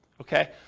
Okay